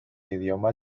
idioma